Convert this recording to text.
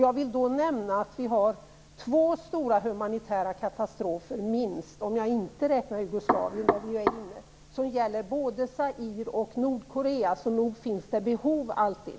Jag vill nämna att vi har minst två stora humanitära katastrofer, om jag inte räknar f.d. Jugoslavien. Det gäller Zaire och Nordkorea. Nog finns det behov alltid.